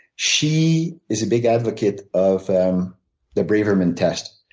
she is a big advocate of um the braverman test,